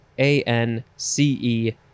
A-N-C-E